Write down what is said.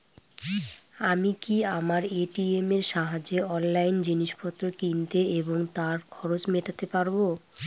আমি কি আমার এ.টি.এম এর সাহায্যে অনলাইন জিনিসপত্র কিনতে এবং তার খরচ মেটাতে পারব?